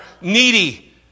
needy